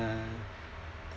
uh